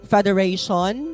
Federation